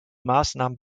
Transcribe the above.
maßnahmen